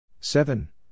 seven